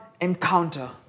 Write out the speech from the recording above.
encounter